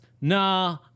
Nah